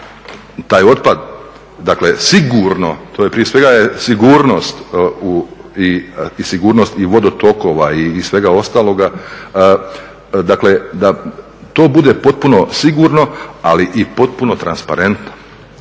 taj otpad dakle sigurno, to je prije svega sigurnost i vodotokova i svega ostaloga, dakle da to bude potpuno sigurno ali i potpuno transparentno,